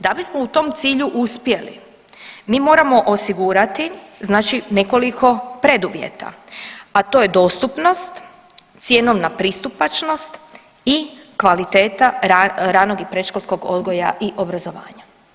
Da bismo u tom cilju uspjeli mi moramo osigurati znači nekoliko preduvjeta, a to je dostupnost, cjenovna pristupačnost i kvaliteta ranog i predškolskog odgoja i obrazovanja.